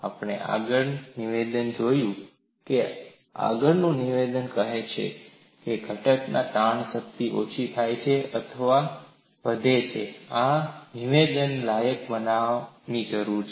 આપણે આગળનું નિવેદન જોઈશું આગળનું નિવેદન કહેશે ઘટકમાં તાણની શક્તિ ઓછી થાય છે અથવા વધે છે આ નિવેદનને લાયક બનાવવાની જરૂર છે